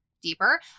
deeper